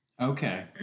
Okay